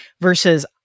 versus